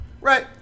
Right